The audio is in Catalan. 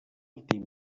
últim